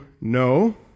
no